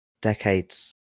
Decades